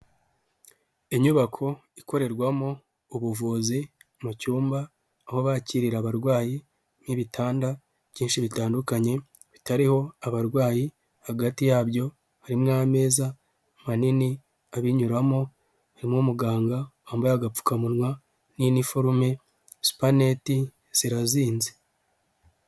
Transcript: Inyubako ikorerwamo ubuvuzi mu cyumba aho bakirira abarwayi nk'ibitanda byinshi bitandukanye bitariho abarwayi hagati yabyo harimo ameza manini abinyuramo, harimo umuganga wambaye agapfukamunwa n'iniforume, supanete zirazinze.